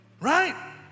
Right